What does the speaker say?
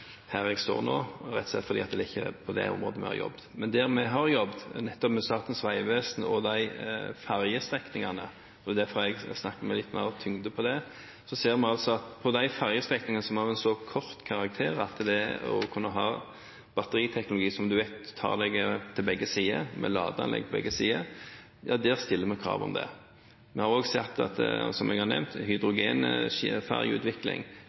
ikke er på det området vi har jobbet. Men på det området vi har jobbet – med Statens vegvesen og fergestrekningene, det er derfor jeg snakker med litt mer tyngde om det – ser vi at på de fergestrekningene som har en så kort karakter at en kan ha batteriteknologi som en vet tar en til begge sider, med ladeanlegg på begge sider, stiller vi krav om det. Vi har også sett – som jeg har nevnt